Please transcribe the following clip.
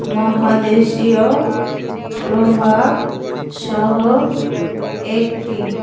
মহাদেশীয় প্রভাব সহ একটি